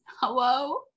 Hello